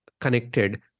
connected